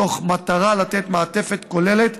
מתוך מטרה לתת מעטפת כוללת,